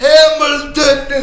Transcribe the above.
Hamilton